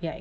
ya